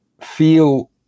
feel